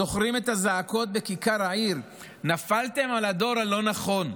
זוכרים את הזעקות בכיכר העיר: נפלתם על הדור הלא-נכון?